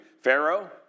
Pharaoh